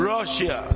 Russia